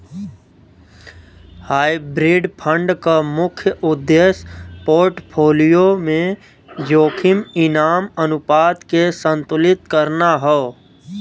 hybrid fund क मुख्य उद्देश्य पोर्टफोलियो में जोखिम इनाम अनुपात के संतुलित करना हौ